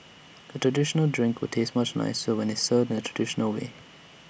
A traditional drink will taste much nicer when IT is served in the traditional way